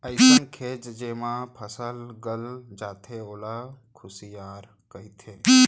अइसन खेत जेमा फसल गल जाथे ओला खुसियार कथें